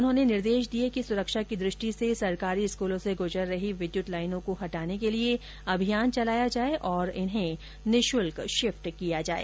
उन्होंने निर्देश दिए कि सुरक्षा की दृष्टि से सरकारी स्कूलों से गुजर रही विद्युत लाइनों को हटाने के लिए अभियान चलाएं और इन्हें निशुल्क शिफ्ट किया जाए